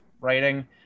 writing